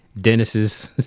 Dennis's